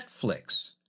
Netflix